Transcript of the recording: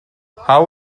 how